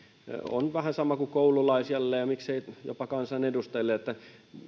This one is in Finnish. on vähän sama kuin koululaisille ja miksei jopa kansanedustajille